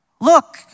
look